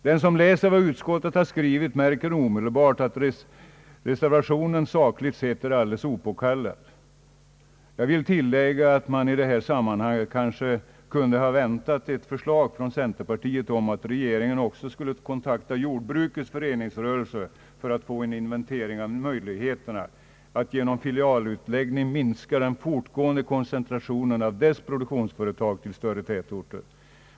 Den som läser vad utskottet har skrivit märker omedelbart att reservationen sakligt sett är helt opåkallad. Jag vill tillägga att man i detta sammanhang kanske kunde ha väntat ett förslag från centerpartiet om att regeringen också skulle kontakta jordbrukets föreningsrörelse för att få en inventering av möjligheten att genom filialutläggning minska den fortgående koncentrationen av dess produktionsföretag till större tätorter.